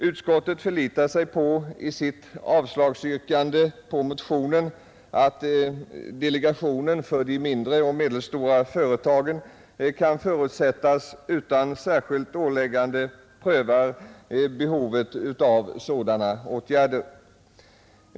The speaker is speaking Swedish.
Utskottet hänvisar i sitt avslagsyrkande på motionen till att delegationen för de mindre och medelstora företagen kan förutsättas utan särskilt åläggande pröva behovet av sådana åtgärder.